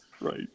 Right